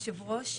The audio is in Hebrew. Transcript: ליושב ראש,